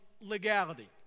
legality